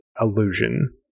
illusion